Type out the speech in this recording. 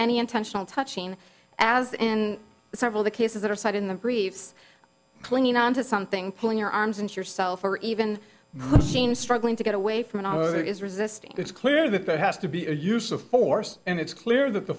any intentional touching as in several the cases that are side in the briefs clinging on to something pulling your arms and yourself or even seen struggling to get away from it all is resisting it's clear that there has to be a use of force and it's clear that the